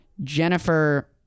Jennifer